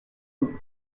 goût